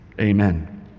Amen